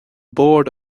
bord